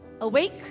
awake